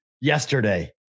yesterday